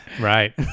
right